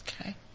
Okay